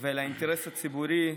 ועל האינטרס הציבורי.